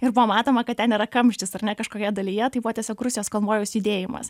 ir buvo matoma kad ten yra kamštis ar ne kažkokioje dalyje taip pat tiesiog rusijos konvojaus judėjimas